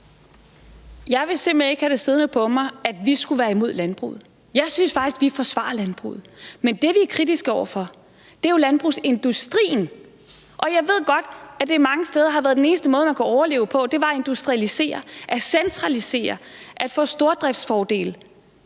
Jeg vil simpelt hen ikke have det siddende på mig, at vi skulle være imod landbruget. Jeg synes faktisk, vi forsvarer landbruget. Men det, vi er kritiske over for, er jo landbrugsindustrien. Og jeg ved godt, at det mange steder har været den eneste måde, man kunne overleve på, at industrialisere, at centralisere, at få stordriftsfordele.